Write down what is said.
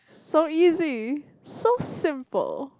so easy so simple